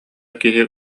киһи